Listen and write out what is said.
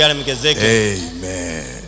Amen